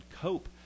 cope